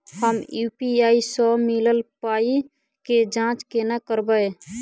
हम यु.पी.आई सअ मिलल पाई केँ जाँच केना करबै?